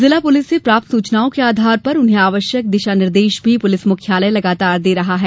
जिला पुलिस से प्राप्त सूचनाओं के आधार पर उन्हें आवश्यक दिशा निर्देश भी पुलिस मुख्यालय लगातार दे रहा है